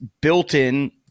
built-in